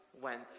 went